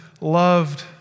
loved